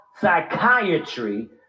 psychiatry